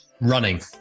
Running